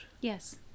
yes